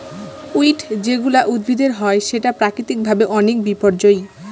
weed যেগুলা উদ্ভিদের হয় সেটা প্রাকৃতিক ভাবে অনেক বিপর্যই